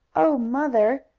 oh, mother!